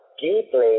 deeply